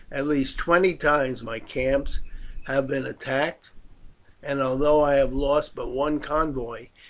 at least twenty times my camps have been attacked and although i have lost but one convoy,